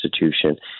institution